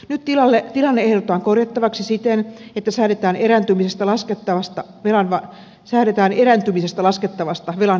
nyt tilanne ehdotetaan korjattavaksi siten että säädetään erääntymisestä laskettavasta velan vanhentumisesta